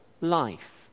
life